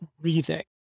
breathing